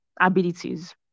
abilities